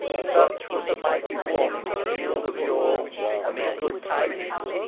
such was the mighty warning, pealed of yore amid good tidings,